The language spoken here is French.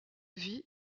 vie